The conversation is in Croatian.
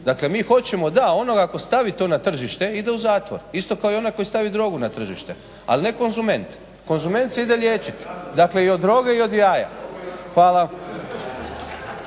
Dakle mi hoćemo da onog ako stavi to na tržište ide u zatvor isto kao i onaj koji stavi drogu na tržište, a ne konzument. Konzument se ide liječiti dakle i od droge i od jaja. Hvala.